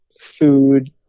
food